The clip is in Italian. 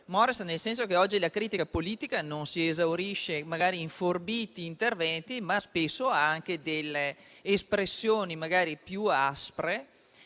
*mores* nel senso che oggi la critica politica non si esaurisce magari in forbiti interventi, ma spesso ha anche delle espressioni magari più aspre